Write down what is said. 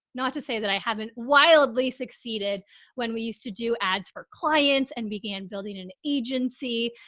not to say that i haven't wildly succeeded when we used to do ads for clients and began building an agency.